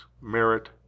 Merit